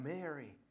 Mary